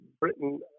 Britain